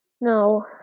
No